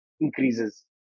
increases